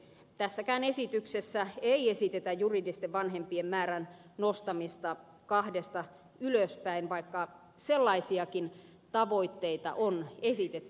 tässäkään esityksessä ei esitetä juridisten vanhempien määrän nostamista kahdesta ylöspäin vaikka sellaisiakin tavoitteita on esitetty